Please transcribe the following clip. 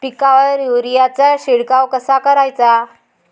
पिकावर युरीया चा शिडकाव कसा कराचा?